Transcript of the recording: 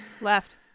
left